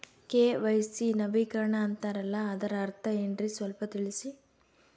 KYC ನವೀಕರಣ ಅಂತಾರಲ್ಲ ಅದರ ಅರ್ಥ ಏನ್ರಿ ಸ್ವಲ್ಪ ತಿಳಸಿ?